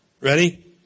Ready